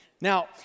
Now